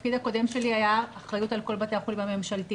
התפקיד הקודם שלי אחריות על כל בתי החולים הממשלתיים,